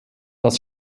das